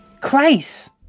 Christ